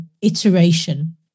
iteration